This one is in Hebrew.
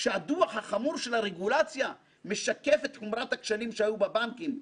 שהדוח החמור על הרגולציה משקף את חומרת הכשלים שהיו בבנקים,